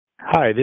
Hi